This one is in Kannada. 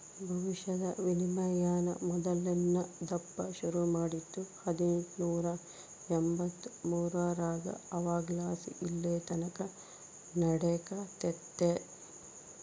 ಭವಿಷ್ಯದ ವಿನಿಮಯಾನ ಮೊದಲ್ನೇ ದಪ್ಪ ಶುರು ಮಾಡಿದ್ದು ಹದಿನೆಂಟುನೂರ ಎಂಬಂತ್ತು ಮೂರರಾಗ ಅವಾಗಲಾಸಿ ಇಲ್ಲೆತಕನ ನಡೆಕತ್ತೆತೆ